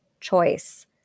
choice